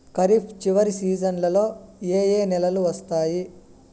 ఖరీఫ్ చివరి సీజన్లలో ఏ ఏ నెలలు వస్తాయి